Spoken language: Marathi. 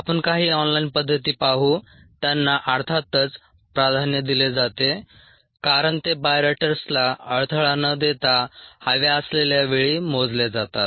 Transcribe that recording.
आपण काही ऑन लाइन पद्धती पाहू त्यांना अर्थातच प्राधान्य दिले जाते कारण ते बायोरिएक्टर्सला अडथळा न देता हव्या असलेल्या वेळी मोजले जातात